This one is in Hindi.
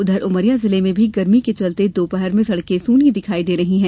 उधर उमरिया जिले में भी गर्मी के चलते दोपहर में सड़के सूनी दिखाई दे रही हैं